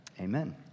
Amen